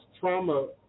trauma